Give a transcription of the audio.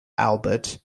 albert